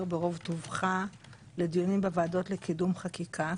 ברוב טובך לדיונים בוועדות לקידום חקיקה,